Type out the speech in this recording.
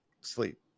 sleep